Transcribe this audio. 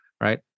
Right